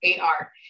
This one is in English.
AR